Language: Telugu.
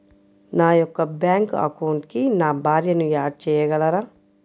నా యొక్క బ్యాంక్ అకౌంట్కి నా భార్యని యాడ్ చేయగలరా?